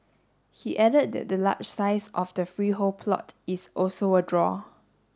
he added that the large size of the freehold plot is also a draw